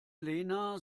lena